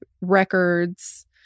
records